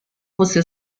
você